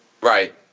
right